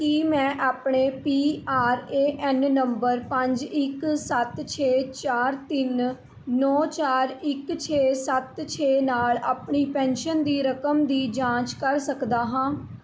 ਕੀ ਮੈਂ ਆਪਣੇ P R A N number ਪੰਜ ਇੱਕ ਸੱਤ ਛੇ ਚਾਰ ਤਿੰਨ ਨੌ ਚਾਰ ਇੱਕ ਛੇ ਸੱਤ ਛੇ ਨਾਲ ਆਪਣੀ ਪੈਨਸ਼ਨ ਦੀ ਰਕਮ ਦੀ ਜਾਂਚ ਕਰ ਸਕਦਾ ਹਾਂ